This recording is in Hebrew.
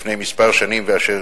לפני מספר שנים, ואשר